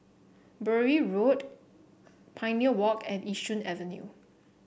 Bury Road Pioneer Walk and Yishun Avenue